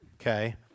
okay